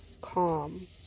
calm